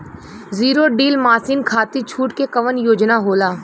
Zero drill machine खाती छूट के कवन योजना होला?